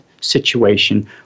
situation